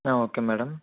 okay madam